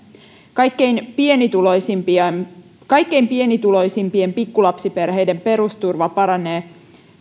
kaikkein pienituloisimpien kaikkein pienituloisimpien pikkulapsiperheiden perusturva paranee